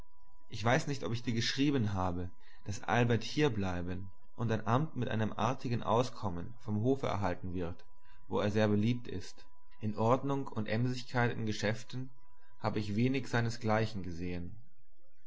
ich weiß nicht ob ich dir geschrieben habe daß albert hier bleiben und ein amt mit einem artigen auskommen vom hofe erhalten wird wo er sehr beliebt ist in ordnung und emsigkeit in geschäften habe ich wenig seinesgleichen gesehen